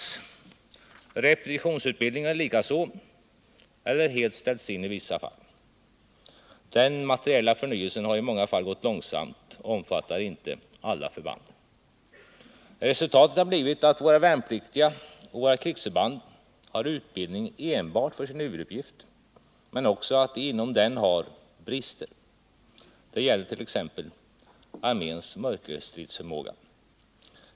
Också repetitionsutbildningen har förkortats eller helt ställts in i vissa fall. Den materiella förnyelsen har på många områden gått långsamt och omfattar inte alla förband. Resultatet har blivit att våra värnpliktiga och våra krigsförband har utbildning enbart för sin huvuduppgift, men också att det inom den utbildningen finns brister. Detta gäller t.ex. arméns mörkerstridsförmåga.